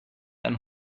ein